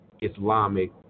Islamic